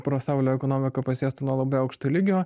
prasaulio ekonomika pasėstų nuo labai aukšto lygio